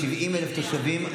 70,000 תושבים,